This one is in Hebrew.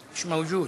מיש מאוג'וד,